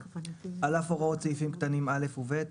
2/ג'.על אף הוראות סעיפים קטנים א' ו-ב',